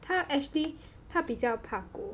她 actually 她比较怕狗